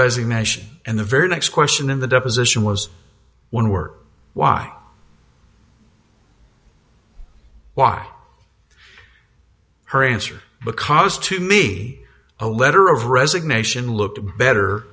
resignation and the very next question in the deposition was when work why why her answer because to me a letter of resignation looked better